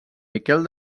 miquel